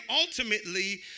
ultimately